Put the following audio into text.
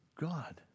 god